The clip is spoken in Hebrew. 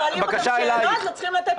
שואלים אותם שאלות והם צריכים לתת תשובות.